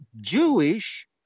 Jewish